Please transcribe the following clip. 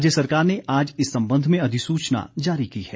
राज्य सरकार ने आज इस संबंध में अधिसूचना जारी की है